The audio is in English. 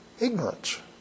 ignorance